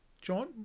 John